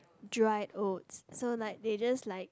dry oats so like they just like